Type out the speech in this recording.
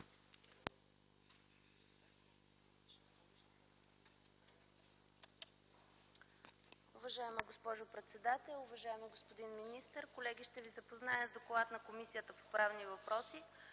Уважаема госпожо председател, уважаеми господин министър, колеги! Ще Ви запозная с: „ДОКЛАД на Комисията по правни въпроси